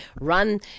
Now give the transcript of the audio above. run